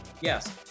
Yes